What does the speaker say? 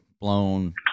blown